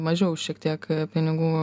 mažiau šiek tiek pinigų